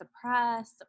suppress